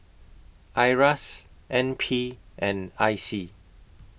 IRAS N P and I C